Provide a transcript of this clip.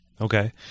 Okay